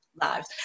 lives